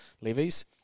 levies